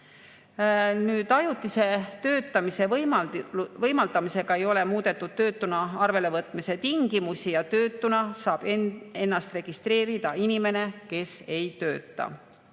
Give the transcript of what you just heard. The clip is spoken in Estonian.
riski. Ajutise töötamise võimaldamisega ei ole muudetud töötuna arvelevõtmise tingimusi. Töötuna saab ennast registreerida inimene, kes ei tööta.